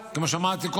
כמו שאמרתי קודם,